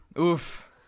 Oof